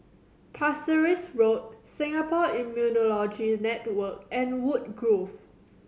Pasir Ris Road Singapore Immunology Network and Woodgrove